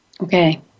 Okay